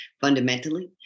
fundamentally